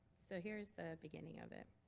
so here's the beginning of it.